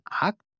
act